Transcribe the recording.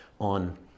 on